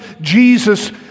Jesus